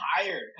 tired